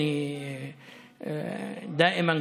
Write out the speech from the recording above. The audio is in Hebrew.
להלן תרגומם: